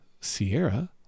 Sierra